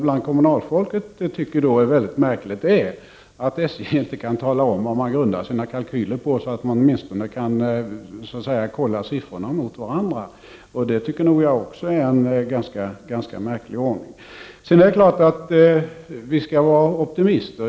Bland kommunalfolk tycker man att det är mycket märkligt att SJ inte kan tala om vad företaget grundar sina kalkyler på, så att man åtminstone skulle kunna kontrollera siffrorna mot varandra. Det tycker nog jag också är en ganska märklig ordning. Vi skall naturligtvis vara optimister.